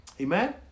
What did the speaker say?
Amen